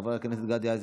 חבר הכנסת גדי איזנקוט,